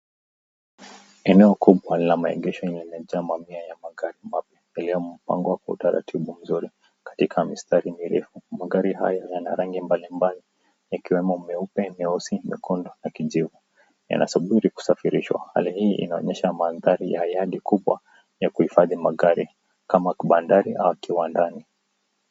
Eneo kubwa la maegesho yenye mamia ya magari mapya yaliyopangwa kwa utaratibu mzuri katika mistari mirefu. Magari haya yana rangi mbalimbali yakiwemo meupe, meusi, mekundu na kijivu. Yanasubiri kusafirishwa. Hali hii inaonyesha mandhari ya yadi kubwa ya kuhifadhi magari kama bandari au kiwandani.